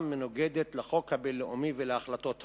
מנוגדת לחוק הבין-לאומי ולהחלטות האו"ם,